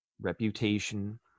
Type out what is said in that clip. reputation